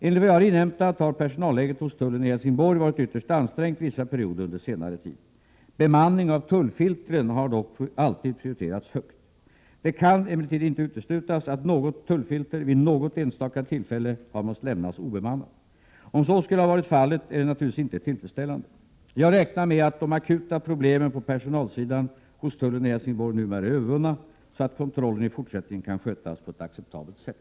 Enligt vad jag har inhämtat har personalläget hos tullen i Helsingborg varit ytterst ansträngt vissa perioder under senare tid. Bemanning av tullfiltren har dock alltid prioriterats högt. Det kan emellertid inte uteslutas att något tullfilter vid något enstaka tillfälle har måst lämnas obemannat. Om så skulle ha varit fallet är detta naturligtvis inte tillfredsställande. Jag räknar med att de akuta problemen på personalsidan hos tullen i Helsingborg numera är övervunna, så att kontrollen i fortsättningen kan skötas på ett acceptabelt sätt.